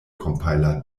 compiler